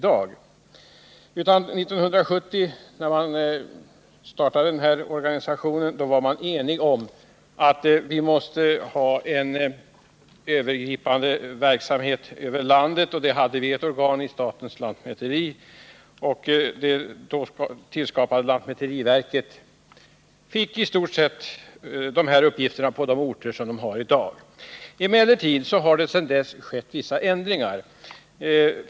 När man startade verksamheten 1970 var man enig om att vi måste ha ett övergripande organ för hela landet, och det fick vi i det år 1974 bildade statens lantmäteriverk, som tilldelades dessa uppgifter på i stort sett samma orter som i dag. Emellertid har det sedan dess skett vissa ändringar.